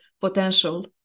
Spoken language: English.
potential